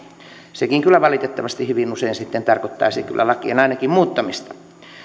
sekin kyllä valitettavasti hyvin usein tarkoittaisi ainakin lakien muuttamista